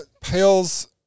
pales